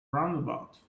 roundabout